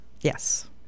Yes